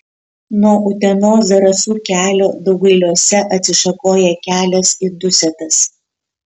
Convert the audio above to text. nuo utenos zarasų kelio daugailiuose atsišakoja kelias į dusetas